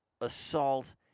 assault